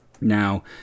Now